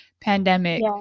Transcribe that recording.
pandemic